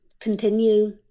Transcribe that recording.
continue